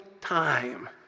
time